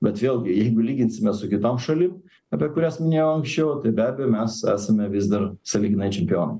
bet vėlgi jeigu lyginsime su kitom šalim apie kurias minėjau anksčiau tai beabejo mes esam vis dar sąlyginai čempionai